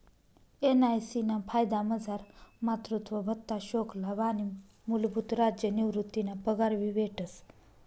NIC ना फायदामझार मातृत्व भत्ता, शोकलाभ आणि मूलभूत राज्य निवृतीना पगार भी भेटस